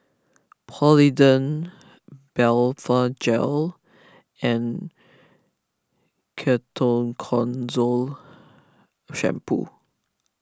Polident Blephagel and Ketoconazole Shampoo